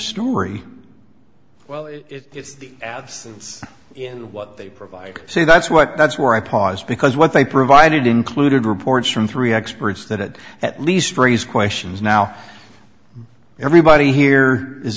story well it's the absence in what they provide say that's what that's where i pause because what they provided included reports from three experts that at least raise questions now everybody here is